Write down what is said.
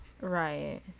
Right